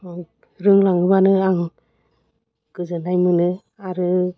रोंलाङोबानो आं गोजोन्नाय मोनो आरो